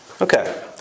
Okay